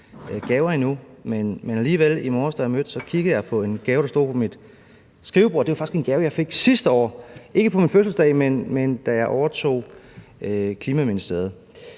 gaver endnu, og alligevel: I morges, da jeg mødte, kiggede jeg på en gave, der stod på mit skrivebord – det var faktisk en gave, jeg fik sidste år, ikke på min fødselsdag, men da jeg overtog Klimaministeriet